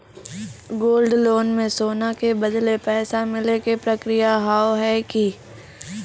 Gold loan मे सोना के बदले पैसा मिले के प्रक्रिया हाव है की?